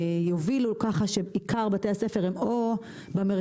שיובילו כך שעיקר בתי הספר הם או במרכז